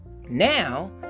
now